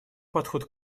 подход